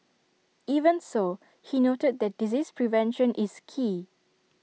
even so he noted that disease prevention is key